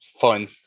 fun